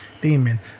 Demon